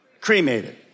Cremated